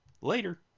Later